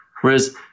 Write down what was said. Whereas